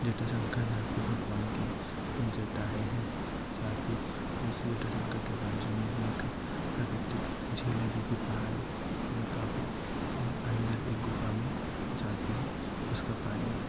जटाशंकर जहाँ पे भगवान कि जटाऐं हैं साथ ही उस जटाशंकर के बाजू में ही एक प्रकृतिक झील है जो कि पहाड़ों में काफ़ी ही अंदर एक गुफा में जाती है उसका पानी